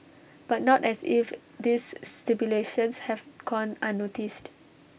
but not as if this stipulations have gone unnoticed